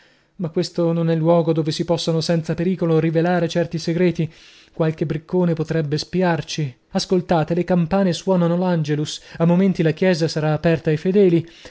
ma questo non è luogo dove si possano senza pericolo rivelare certi segreti qualche briccone potrebbe spiarci ascoltate le campane suonano l'angelus a momenti la chiesa sarà aperta ai fedeli